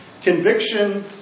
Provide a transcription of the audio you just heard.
conviction